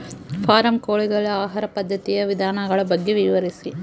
Form ಕೋಳಿಗಳ ಆಹಾರ ಪದ್ಧತಿಯ ವಿಧಾನಗಳ ಬಗ್ಗೆ ವಿವರಿಸಿ?